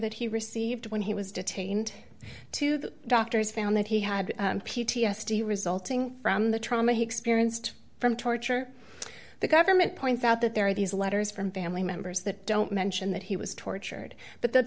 that he received when he was detained to the doctors found that he had p t s d resulting from the trauma he experienced from torture the government points out that there are these letters from family members that don't mention that he was tortured but the